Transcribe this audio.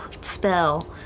spell